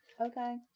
Okay